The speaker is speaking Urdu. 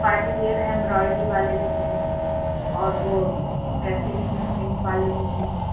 پارٹی ویئر ایمبرائڈری والے بھی ہیں اور وہ پیسے بھی ہیں پرنٹ والے بھی ہیں